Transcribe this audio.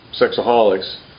sexaholics